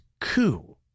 coup